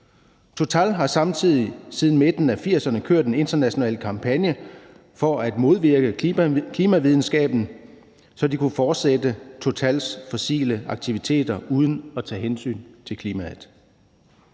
Total har samtidig siden midten af 1980'erne kørt en international kampagne for at modvirke klimavidenskaben, så selskabet kunne fortsætte sine fossile aktiviteter uden at tage hensyn til klimaet.